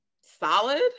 Solid